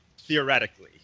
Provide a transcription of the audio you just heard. theoretically